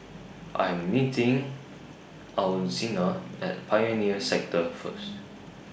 I Am meeting Alzina At Pioneer Sector First